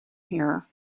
here